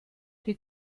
die